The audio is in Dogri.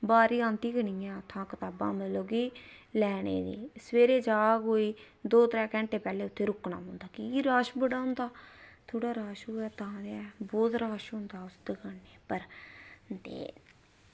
बारी आंदी निं ऐ उत्थां मतलब की लैने दी सवेरे जा कोई दौ त्रैऽ घैंटे पैह्लें उत्थें रुक्कना पौंदा की के रश बड़ा होंदा थोह्ड़ा रश होऐ तां ते ऐ बहुत रश होंदा दकानै पर ते